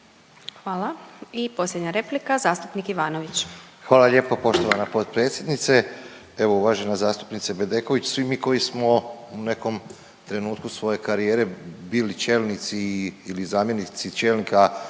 Hvala. I posljednja replika zastupnik Ivanović. **Ivanović, Goran (HDZ)** Hvala lijepo poštovana potpredsjednice. Evo uvažena zastupnice Bedeković svi mi koji smo u nekom trenutku svoje karijere bili čelnici ili zamjenici čelnika